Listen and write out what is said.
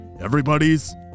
everybody's